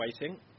waiting